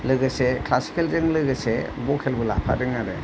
लोगोसे क्लासिकेलजों लोगोसे भकेलबो लाफादों आरो